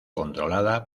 controlada